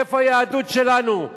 איפה היהדות שלנו?